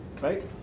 right